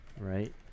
right